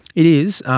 it is.